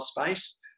space